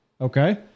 okay